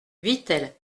vittel